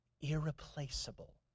irreplaceable